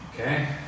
okay